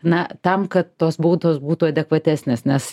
na tam kad tos baudos būtų adekvatesnės nes